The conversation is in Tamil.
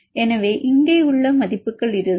எனவே இங்கே உள்ள மதிப்புகள் இதுதான்